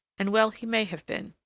and well he may have been.